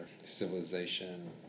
civilization